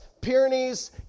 Pyrenees